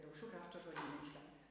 daukšių krašto žodyną išleidęs